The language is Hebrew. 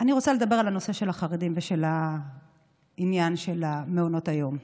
אני רוצה לדבר על הנושא של החרדים ועל העניין של מעונות היום.